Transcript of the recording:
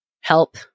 help